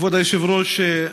כבוד היושב-ראש,